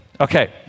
Okay